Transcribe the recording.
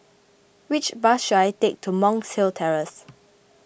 which bus should I take to Monk's Hill Terrace